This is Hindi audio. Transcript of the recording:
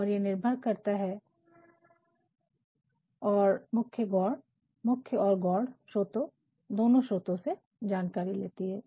और ये निर्भर करती है और मुख्य और गौड़ स्रोत दोनों से जानकारी लेती है